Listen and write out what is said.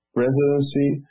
presidency